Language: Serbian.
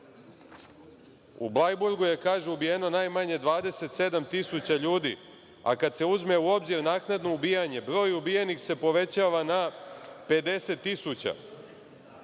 u Blajburgu je ubijeno najmanje 27 tisuća ljudi, a kad se uzme u obzir naknadno ubijanje, broj ubijenih se povećava na 50